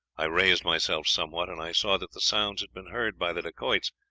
i raised myself somewhat, and i saw that the sounds had been heard by the dacoits,